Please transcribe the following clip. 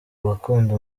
bakunda